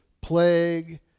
plague